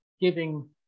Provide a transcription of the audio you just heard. giving